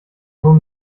nur